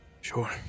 Sure